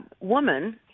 woman